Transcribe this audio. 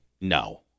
No